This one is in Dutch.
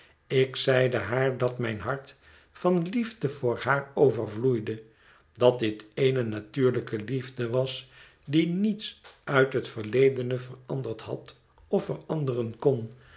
ik zeide haar dat mijn hart van liefde voor haar overvloeide dat dit eene natuurlijke liefde was die niets uit het verledene veranderd had of veranderen kon